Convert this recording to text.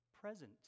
present